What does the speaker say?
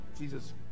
Jesus